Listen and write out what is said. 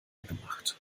gemacht